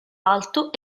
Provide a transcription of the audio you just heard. alto